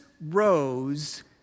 rose